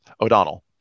O'Donnell